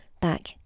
back